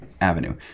avenue